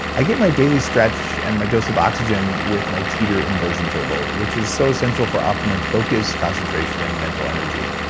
i get my daily stretch and my dose of oxygen with my teeter inversion table, which is so central for optimum focus, concentration and mental energy.